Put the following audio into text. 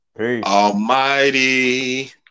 almighty